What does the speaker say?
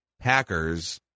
Packers